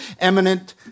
Eminent